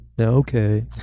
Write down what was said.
Okay